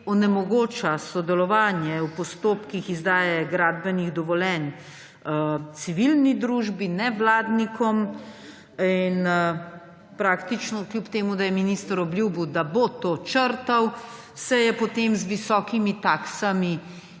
onemogoča sodelovanje v postopkih izdaje gradbenih dovoljenj civilni družbi, nevladnikom in praktično kljub temu, da je minister obljubil, da bo to črtal se je potem z visokimi taksami zadržal